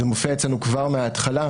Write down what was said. זה מופיע אצלנו כבר מהתחלה,